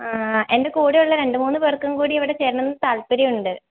ആ എൻ്റെ കൂടെ ഉള്ള രണ്ടു മൂന്ന് പേർക്കും കൂടി ഇവിടെ ചേരണമെന്ന് താല്പര്യമുണ്ട്